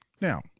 Now